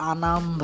Anam